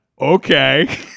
okay